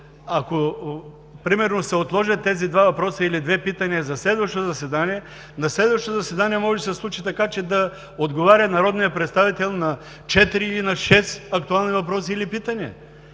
ако примерно се отложат тези два въпроса или две питания за следващото заседание, на следващо заседание може да се случи така, че да отговаря на четири и на шест актуални въпроси или питания.